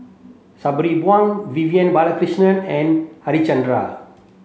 Sabri Buang Vivian Balakrishnan and Harichandra